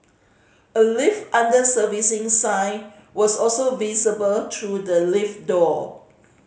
a lift under servicing sign was also visible through the lift door